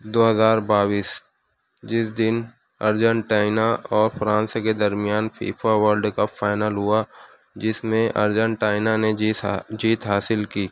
دو ہزار بائیس جس دن ارجنٹائینا اور فرانس کے درمیان فیفا ورلڈ کپ فائنل ہوا جس میں ارجنٹائینا نے جیت حاصل کی